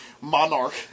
monarch